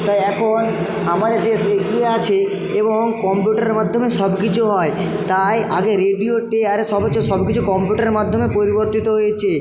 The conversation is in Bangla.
তাই এখন আমাদের দেশ এগিয়ে আছে এবং কম্পিউটারের মাধ্যমে সব কিছু হয় তাই আগে রেডিওতে আরে সব কিছু কম্পিউটারের মাধ্যমে পরিবর্তিত হয়েছে